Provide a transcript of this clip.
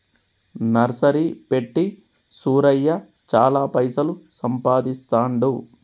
nursery పెట్టి సూరయ్య చాల పైసలు సంపాదిస్తాండు